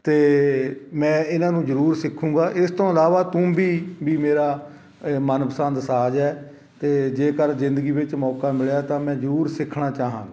ਅਤੇ ਮੈਂ ਇਹਨਾਂ ਨੂੰ ਜ਼ਰੂਰ ਸਿੱਖੂਗਾ ਇਸ ਤੋਂ ਇਲਾਵਾ ਤੂੰਬੀ ਵੀ ਮੇਰਾ ਅ ਮਨਪਸੰਦ ਸਾਜ ਹੈ ਅਤੇ ਜੇਕਰ ਜ਼ਿੰਦਗੀ ਵਿੱਚ ਮੌਕਾ ਮਿਲਿਆ ਤਾਂ ਮੈਂ ਜ਼ਰੂਰ ਸਿੱਖਣਾ ਚਾਹਾਂਗਾ